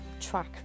track